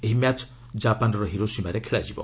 ଏହି ମ୍ୟାଚ୍ ଜାପାନ୍ର ହିରୋସୀମାରେ ଖେଳାଯିବ